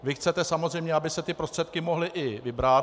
Vy chcete samozřejmě, aby se ty prostředky mohly i vybrat.